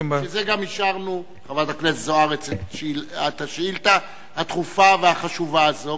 בשביל זה גם אישרנו לחברת הכנסת זוארץ את השאילתא הדחופה והחשובה הזאת,